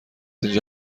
اینجا